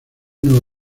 nuevo